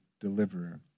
deliverer